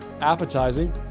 appetizing